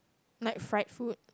like fried food